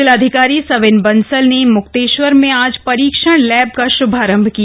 जिलाधिकारी सविन बंसल ने मुक्तेश्वर में आज परीक्षण लैब का श्भारम्भ किया